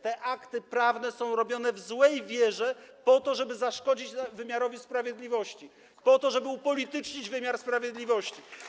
Te akty prawne są robione w złej wierze, po to żeby zaszkodzić wymiarowi sprawiedliwości, po to żeby upolitycznić wymiar sprawiedliwości.